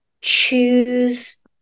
choose